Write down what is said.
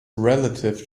relative